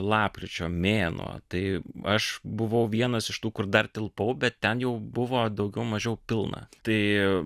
lapkričio mėnuo tai aš buvau vienas iš tų kur dar tilpau bet ten jau buvo daugiau mažiau pilna tai